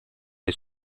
dei